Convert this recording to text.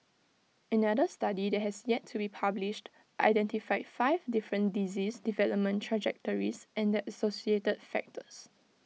another study that has yet to be published identified five different disease development trajectories and the associated factors